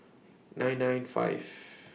nine nine five